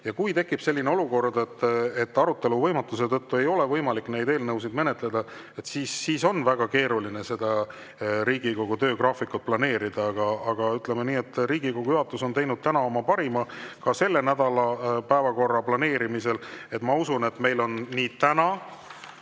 Kui tekib olukord, kus arutelu võimatuse tõttu ei ole võimalik eelnõusid menetleda, siis on väga keeruline Riigikogu töögraafikut planeerida. Aga ütleme nii, et Riigikogu juhatus on teinud oma parima ka selle nädala päevakorra planeerimisel. Ma usun, et meil on täna